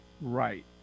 Right